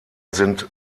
sind